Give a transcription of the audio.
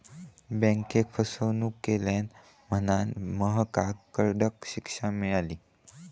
बँकेक फसवणूक केल्यान म्हणांन महकाक कडक शिक्षा मेळली